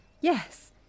Yes